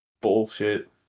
Bullshit